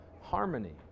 harmony